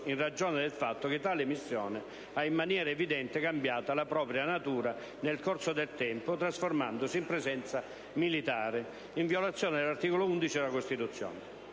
in ragione del fatto che tale missione ha in maniera evidente cambiato la propria natura nel corso del tempo trasformandosi in presenza militare, in violazione dell'articolo 11 della Costituzione;